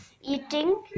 eating